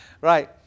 Right